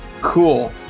Cool